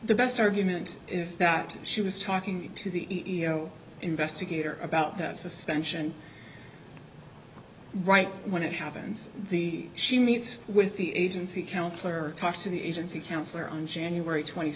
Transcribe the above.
the best argument is that she was talking to the ego investigator about that suspension right when it happens the she meets with the agency counsellor talks to the agency counselor on january